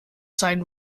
sign